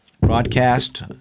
broadcast